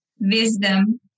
wisdom